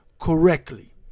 correctly